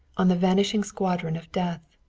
on the vanishing squadron of death,